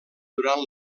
durant